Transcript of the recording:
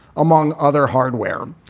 among other hardware.